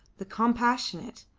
the compassionate,